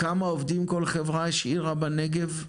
כמה עובדים כל חברה השאירה בנגב,